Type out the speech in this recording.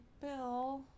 Bill